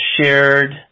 shared